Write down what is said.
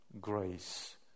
grace